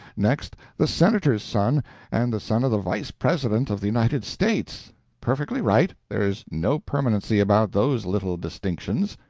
next the senator's son and the son of the vice-president of the united states perfectly right, there's no permanency about those little distinctions.